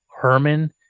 Herman